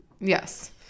Yes